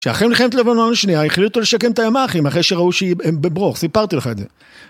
שאחרי מלחמת לבנון השנייה החליטו לשקם את הימחים אחרי שראו שהיא בברוך, סיפרתי לך את זה